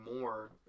more